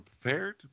prepared